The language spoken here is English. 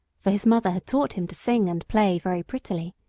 for his mother had taught him to sing and play very prettily,